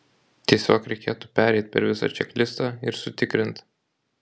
tiesiog reikėtų pereit per visą čeklistą ir sutikrint